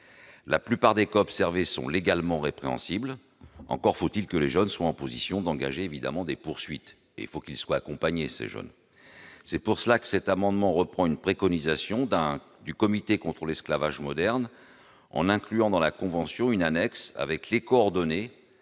La plupart des cas observés sont légalement répréhensibles. Encore faut-il que les jeunes soient en position d'engager des poursuites et se trouvent accompagnés. C'est la raison pour laquelle nous reprenons une préconisation du Comité contre l'esclavage moderne, en incluant dans la convention une annexe avec les coordonnées